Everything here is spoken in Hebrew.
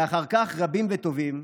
ואחר כך רבים וטובים,